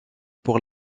pour